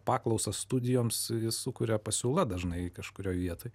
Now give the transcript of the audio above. paklausos studijoms sukuria pasiūla dažnai kažkurioj vietoj